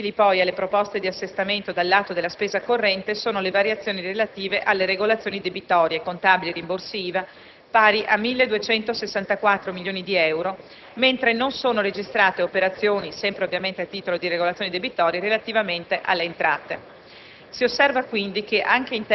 Interamente ascrivibili, poi, alle proposte di assestamento dal lato della spesa corrente sono le variazioni relative alle regolazioni debitorie, contabili e rimborsi IVA, pari a 1.264 milioni di euro, mentre non sono registrate operazioni - sempre ovviamente a titolo di regolazioni debitorie - relativamente alle entrate.